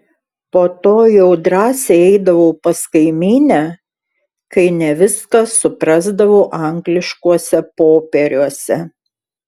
po to jau drąsiai eidavau pas kaimynę kai ne viską suprasdavau angliškuose popieriuose